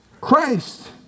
Christ